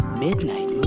Midnight